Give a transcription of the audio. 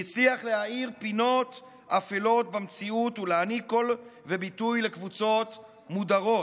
והצליח להאיר פינות אפלות במציאות ולהעניק קול וביטוי לקבוצות מודרות.